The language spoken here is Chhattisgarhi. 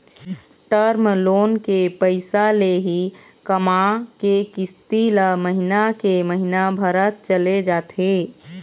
टर्म लोन के पइसा ले ही कमा के किस्ती ल महिना के महिना भरत चले जाथे